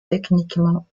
techniquement